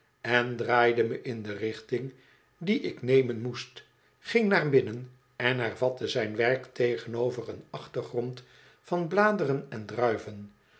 en draaide me in de richting die ik nemen moest ging naar binnen en hervatte zijn werk tegenover een achtergrond van bladeren en druiven